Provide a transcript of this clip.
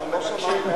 לא שמענו.